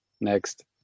Next